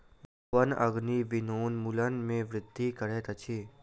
वन अग्नि वनोन्मूलन में वृद्धि करैत अछि